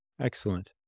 Excellent